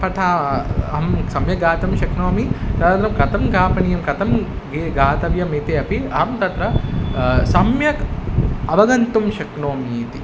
पठनम् अहं सम्यक् गातुं न शक्नोमि तदनन्तरं कथं गायनीयं कथं गे गातव्यम् इति अपि अहं तत्र सम्यक् अवगन्तुं शक्नोमीति